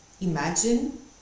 imagine